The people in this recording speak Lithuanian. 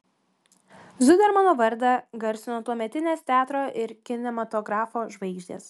zudermano vardą garsino tuometinės teatro ir kinematografo žvaigždės